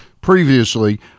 previously